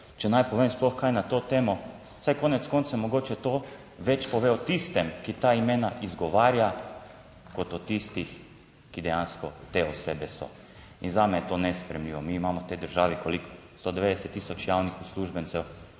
če naj povem sploh kaj na to temo, saj konec koncev mogoče to več pove o tistem, ki ta imena izgovarja. Kot o tistih, ki dejansko te osebe so in zame je to nesprejemljivo. Mi imamo v tej državi, koliko, 190 tisoč javnih uslužbencev,